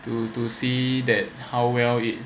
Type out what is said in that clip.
to to see that how well it